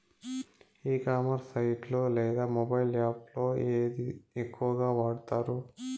E commerce site లో లేదా mobile app లో ఏది ఎక్కువగా వాడుతారు?